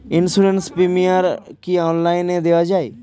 Insurance premium কি online দেওয়া যায়?